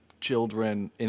children